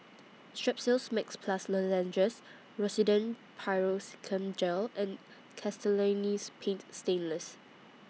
Strepsils Max Plus Lozenges Rosiden Piroxicam Gel and Castellani's Paint Stainless